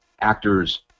actors